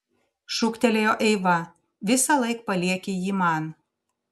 šūktelėjo eiva visąlaik palieki jį man